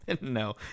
no